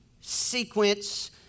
sequence